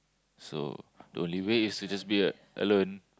so the only way is to just be a~ alone